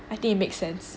I think it make sense